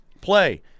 play